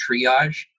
triage